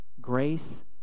grace